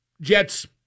Jets